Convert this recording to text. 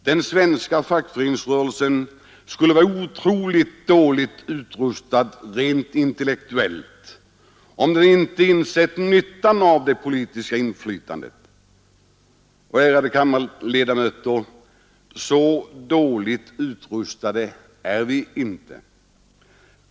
Den svenska fackföreningsrörelsen skulle vara otroligt dåligt utrustad rent intellektuellt om den inte insett nyttan av det politiska inflytandet. Så dåligt utrustade är vi inte, ärade kammarledamöter.